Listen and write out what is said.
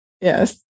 yes